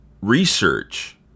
research